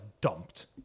dumped